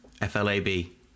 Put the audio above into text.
F-L-A-B